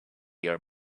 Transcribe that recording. your